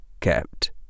Kept